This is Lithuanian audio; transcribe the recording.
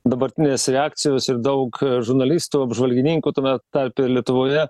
dabartinės reakcijos ir daug žurnalistų apžvalgininkų tame tarpe ir lietuvoje